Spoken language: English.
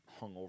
hungover